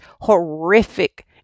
horrific